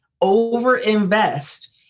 over-invest